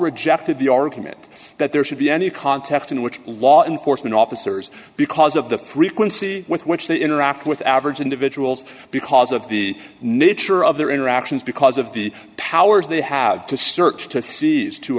rejected the argument that there should be any context in which law enforcement officers because of the frequency with which they interact with average individuals because of the nature of their interactions because of the powers they have to search to seize to